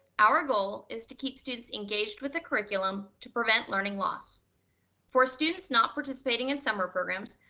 our goal is to keep students engaged with the curriculum to prevent learning loss for students not participating in summer programs.